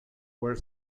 were